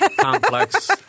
complex